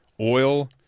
oil